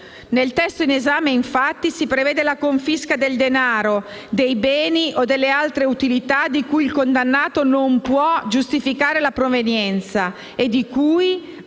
Nel testo in esame, infatti, si prevede la confisca del denaro, dei beni o delle altre utilità di cui il condannato non può giustificare la provenienza e di cui,